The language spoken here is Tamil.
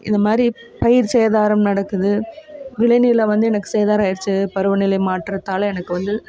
இந்தமாதிரி பயிர் சேதாரம் நடக்குது விளைநிலம் வந்து எனக்கு சேதாரம் ஆயிடுச்சு பருவநிலை மாற்றத்தால் எனக்கு வந்து